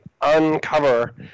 uncover